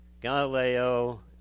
Galileo